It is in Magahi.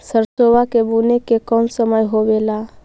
सरसोबा के बुने के कौन समय होबे ला?